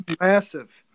massive